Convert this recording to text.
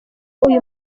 uyu